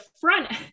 front